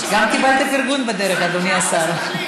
גם קיבלת פרגון בדרך, אדוני השר.